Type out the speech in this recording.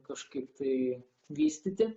kažkaip tai vystyti